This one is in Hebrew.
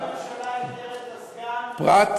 ואם אדוני ראש הממשלה פיטר את הסגן של